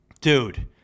dude